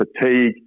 Fatigue